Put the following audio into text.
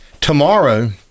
Tomorrow